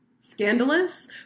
Scandalous